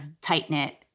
tight-knit